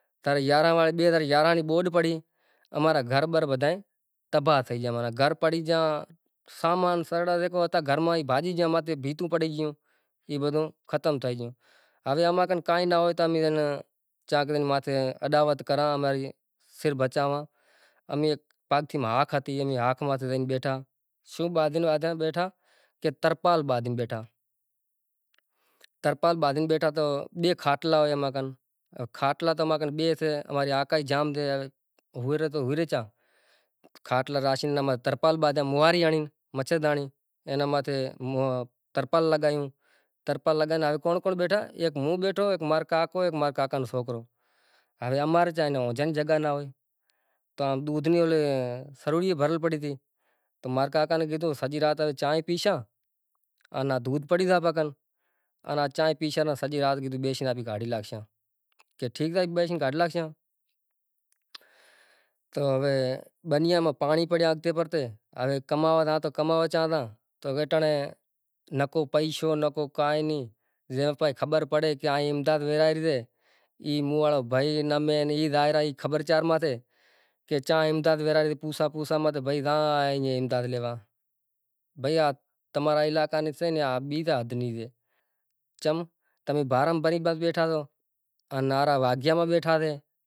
تو اے ماں مزوری جیوو کر ناممکن سے، ہمزی گیا تو ایوو حساب کتاب سے، مزوری رو ان آبادی رو ان سبزی رو تو باقی کام سے اگے ہی آپاں ناں کرنڑو سے بنی رو کرنڑو سے مائیٹاں ناں ہنبھالنڑا سے ان سوکراں ناں بھی سنبھالنڑا سے روزی بھی کرنووی سے پانجے پانڑ رو بھی خیال رانکھنوو سے بیزاں بھایئاں ری بھی سپورٹ کرنوی سے ان گوٹھ واڑاں نیں بھی تھوڑو گھنڑو آخر سہارو ڈیونڑو سے گوٹھ ماں بیٹھا ساں تو بدہا ناں ماناں دلجا ہالوی سے۔ دلجا آلشاں تو آگر کامیاب تھاشاں ان جیکڈنہں دلجا ئی ناں آلاں کہ توں تاں رے مونہہ ہوں ماں رے مونہہ تو بھئی کائیں نیں بنڑے۔ سبھ کو پانجے مونہہ ہلشے تو اینا شوں کری شگے پوئے، تو ای حساب کتاب سے بھاجیاں ری تماں نیں صلاح مشورو بدہو ہالیو ائیں موٹا فصل رو بھی مشورو ہالیو۔